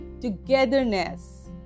togetherness